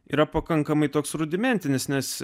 yra pakankamai toks rudimentinis nes